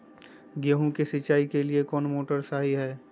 गेंहू के सिंचाई के लिए कौन मोटर शाही हाय?